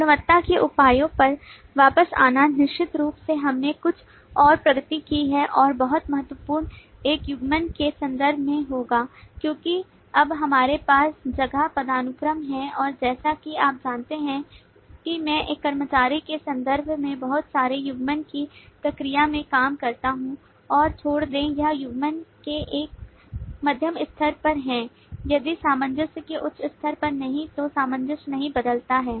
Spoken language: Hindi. गुणवत्ता के उपायों पर वापस आना निश्चित रूप से हमने कुछ और प्रगति की है और बहुत महत्वपूर्ण एक युग्मन के संदर्भ में होगा क्योंकि अब हमारे पास जगह पदानुक्रम है और जैसा कि आप जानते हैं कि मैं एक कर्मचारी के संदर्भ में बहुत सारे युग्मन की प्रक्रिया में काम करता हूं और छोड़ दें हम युग्मन के एक मध्यम स्तर पर हैं यदि सामंजस्य के उच्च स्तर पर नहीं तो सामंजस्य नहीं बदलता है